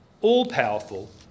all-powerful